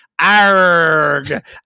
Arg